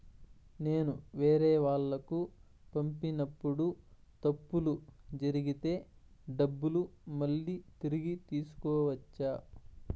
నేను వేరేవాళ్లకు పంపినప్పుడు తప్పులు జరిగితే డబ్బులు మళ్ళీ తిరిగి తీసుకోవచ్చా?